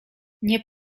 nie